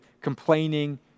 complaining